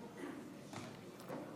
בן